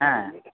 ᱦᱮᱸ